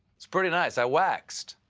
it's pretty nice. i waxed.